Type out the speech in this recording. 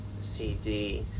CD